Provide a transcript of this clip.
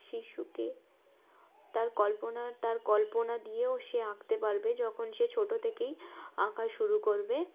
শিশুকে তার কল্পনা তার কল্পনা দিয়েও সে আঁকতে পারবে যখন সে ছোটো থেকেই আঁকা শুরু করবে